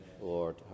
Lord